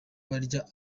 barya